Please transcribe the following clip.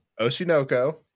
Oshinoko